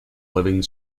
living